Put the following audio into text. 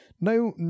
no